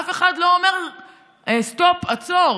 אף אחד לא אומר סטופ, עצור.